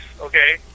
okay